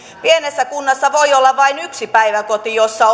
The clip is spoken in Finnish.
pienessä kunnassa voi olla vain yksi päiväkoti jossa